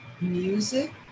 music